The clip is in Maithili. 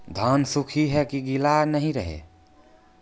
धान सुख ही है की गीला नहीं रहे?